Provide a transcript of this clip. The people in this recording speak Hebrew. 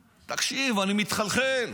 תקשיב, אני מתחלחל.